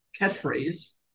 catchphrase